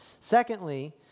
Secondly